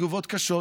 תגובות קשות,